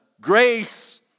grace